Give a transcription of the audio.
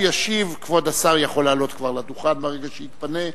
כבוד השר יכול לעלות כבר לדוכן ברגע שיתפנה.